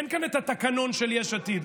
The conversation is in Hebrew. אין כאן את התקנון של יש עתיד,